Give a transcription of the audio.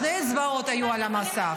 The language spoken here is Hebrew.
שתי אצבעות היו על המסך.